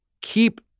keep